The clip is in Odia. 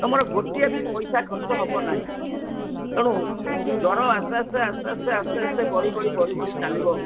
ତୁମର ଗୋଟିଏ ବି ପଇସା ଖର୍ଚ୍ଚ ହବ ନାହିଁ ତେଣୁ ଜ୍ୱର ଆସ୍ତେ ଆସ୍ତେ ଆସ୍ତେ ଆସ୍ତେ ଆସ୍ତେ ଆସ୍ତେ ବଢ଼ି ବଢ଼ି ବଢ଼ି ବଢ଼ି ଚାଲିବ